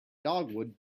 dogwood